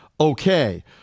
okay